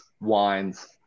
wines